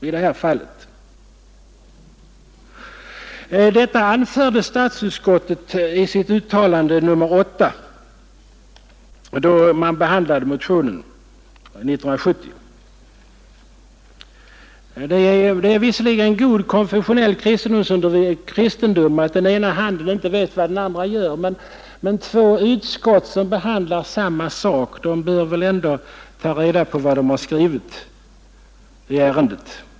Dessa hindrande bestämmelser anförde statsutskottet i sitt utlåtande nr 8 år 1970, då man behandlade motioner i samma fråga. Det är visserligen god konfessionell kristendom att den ena handen inte vet vad den andra gör, men när två utskott behandlar samma fråga bör väl det ena ta reda på vad det andra har skrivit i ärendet.